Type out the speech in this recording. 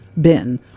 bin